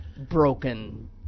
Broken